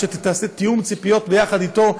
או תעשה תיאום ציפיות אתו,